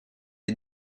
est